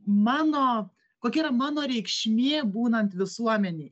mano kokia yra mano reikšmė būnant visuomenėj